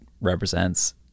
represents